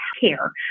care